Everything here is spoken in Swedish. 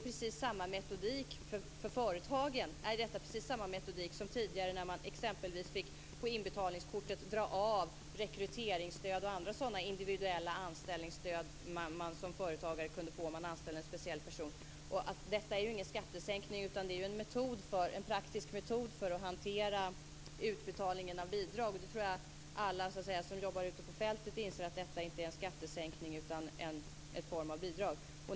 För företagen är det precis samma metodik som tidigare när de exempelvis på inbetalningskortet fick dra av rekryteringsstöd och andra sådana individuella anställningsstöd som man som företagare kunde få om man anställde en speciell person. Detta är ingen skattesänkning. Det är en praktisk metod för att hantera utbetalningen av bidrag. Alla som jobbar ute på fältet inser att detta inte är en skattesänkning utan en form av bidrag.